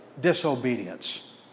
disobedience